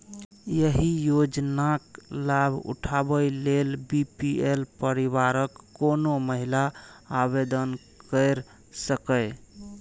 एहि योजनाक लाभ उठाबै लेल बी.पी.एल परिवारक कोनो महिला आवेदन कैर सकैए